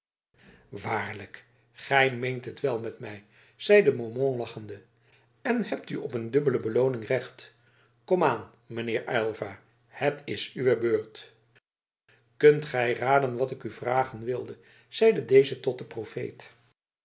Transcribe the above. waarlijk gij meent het wel met mij zeide beaumont lachende en hebt op eene dubbele belooning recht komaan mijn heer van aylva het is uwe beurt kunt gij raden wat ik u vragen wilde zeide deze tot den profeet